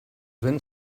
ben